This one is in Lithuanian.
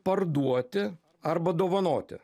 parduoti arba dovanoti